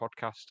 podcast